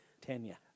Tanya